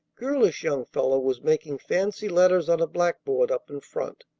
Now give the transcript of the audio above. girlish young fellow was making fancy letters on a blackboard up in front.